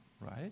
right